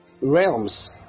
realms